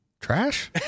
Trash